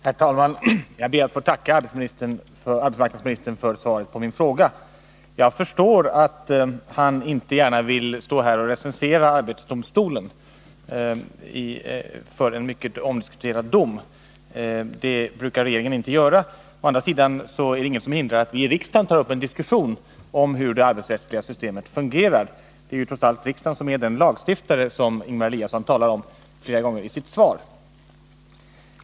Herr talman! Jag ber att få tacka arbetsmarknadsministern för svaret på min fråga. Jag förstår att han inte gärna vill stå här och recensera arbetsdomstolen för den mycket omstridda domen — sådant brukar regeringen inte göra. Å andra sidan är det ingenting som hindrar att vi i riksdagen tar upp en diskussion om hur det arbetsrättsliga systemet fungerar. Det är ju trots allt riksdagen som är den lagstiftare som Ingemar Eliasson talar om flera gånger i sitt svar.